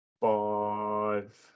five